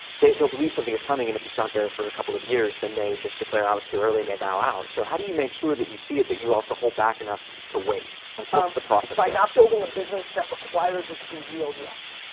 they'll believe something is coming and if it's not there for a couple of years, then they just declare i was too early and they bow out. so how do you make sure that you see it, but you also hold back enough to wait? like what's the process? by not building a business that requires it to be real yet.